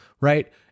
right